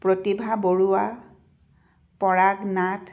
Pratibha Barua Parag Nath